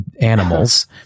animals